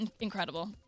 incredible